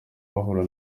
bahura